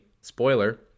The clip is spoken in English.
Spoiler